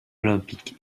olympique